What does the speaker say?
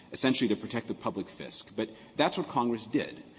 essentially, to protect the public fisc, but that's what congress did.